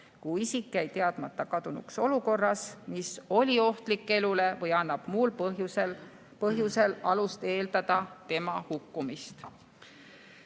kui isik jäi teadmata kadunuks olukorras, mis oli ohtlik elule, või annab muul põhjusel alust eeldada tema hukkumist.